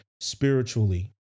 spiritually